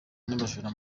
n’abajura